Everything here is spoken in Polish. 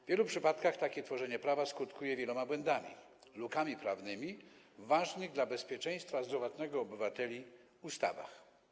W wielu przypadkach takie tworzenie prawa skutkuje wieloma błędami, lukami prawnymi w ważnych dla bezpieczeństwa zdrowotnego obywateli ustawach.